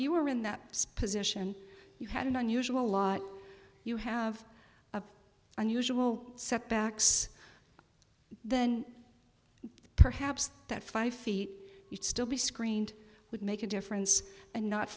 you were in that specific you had an unusual lot you have a unusual setbacks then perhaps that five feet you'd still be screened would make a difference and not